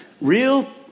Real